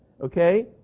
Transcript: okay